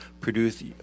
produce